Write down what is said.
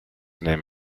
named